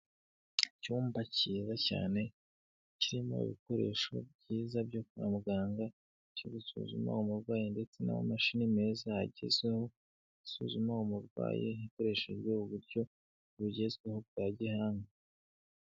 Icyumba cyiza cyane, kirimo ibikoresho byiza byo kwa muganga, cyo gusuzuma umurwayi ndetse n'amamashini meza agezweho, asuzuma umurwayi hakoreshejwe uburyo bugezweho bwa gihanga.